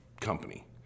company